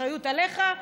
האחריות עליך.